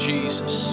Jesus